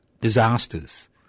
Disasters